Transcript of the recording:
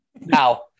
Now